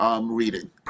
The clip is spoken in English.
reading